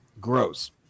gross